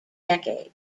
decades